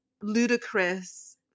ludicrous